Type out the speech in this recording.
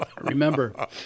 remember